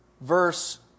Verse